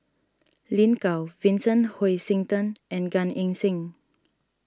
Lin Gao Vincent Hoisington and Gan Eng Seng